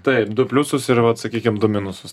taip du pliusus ir vat sakykim du minusus